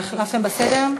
החלפתם בסדר?